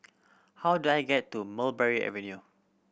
how do I get to Mulberry Avenue